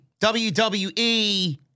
WWE